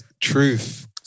truth